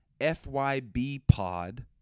fybpod